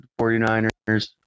49ers